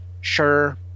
sure